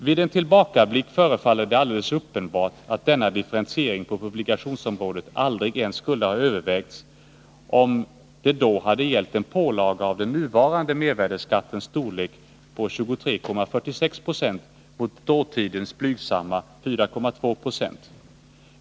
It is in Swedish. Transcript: Vid en tillbakablick förefaller det alldeles uppenbart att denna differentiering på publikationsområdet aldrig ens skulle ha övervägts, om det då hade gällt en pålaga av den nuvarande mervärdeskattens storlek — 23,46 90, mot dåtidens blygsamma 4,2 96.